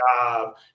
job